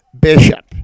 Bishop